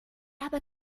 habe